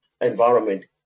environment